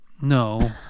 No